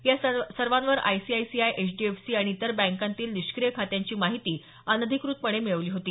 या सर्वांनी ICICI HDFC आणि इतर बँकातील निष्क्रिय खात्यांची माहिती अनधिकृतपणे मिळवली होती